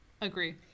agree